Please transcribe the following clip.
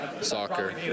soccer